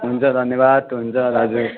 हुन्छ धन्यवाद हुन्छ हजुर